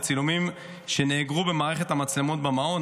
בצילומים שנאגרו במערכת המצלמות במעון.